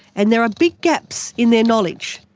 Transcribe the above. and there are big gaps in their knowledge.